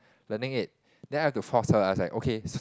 learning it then I have to force her I was like okay